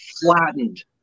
flattened